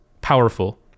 powerful